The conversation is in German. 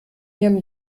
ihrem